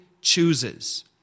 chooses